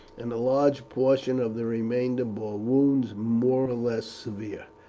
and a large portion of the remainder bore wounds more or less severe.